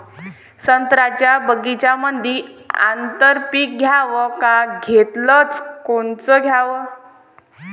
संत्र्याच्या बगीच्यामंदी आंतर पीक घ्याव का घेतलं च कोनचं घ्याव?